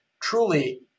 truly